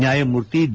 ನ್ಯಾಯಮೂರ್ತಿ ಡಿ